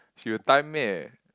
she's the type meh